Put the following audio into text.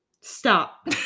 Stop